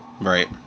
Right